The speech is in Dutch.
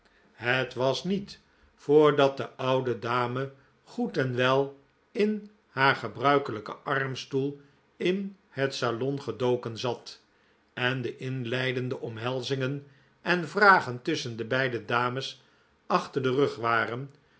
het was niet voordat de oude dame goed en wel in haar gebruikelijken armstoel in het salon gedoken zat en de inleidende omhelzingen en vragen tusschen de beide dames achter den rug waren